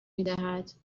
میدهد